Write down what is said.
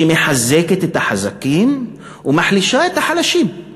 שמחזקת את החזקים ומחלישה את החלשים.